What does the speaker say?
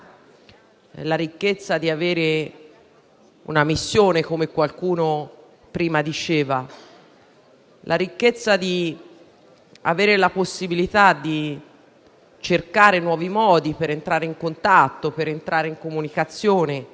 la ricchezza di avere una missione, come diceva prima qualcuno, la ricchezza di avere la possibilità di cercare nuovi modi per entrare in contatto e in comunicazione,